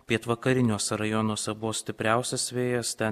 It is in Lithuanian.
pietvakariniuose rajonuose buvo stipriausias vėjas ten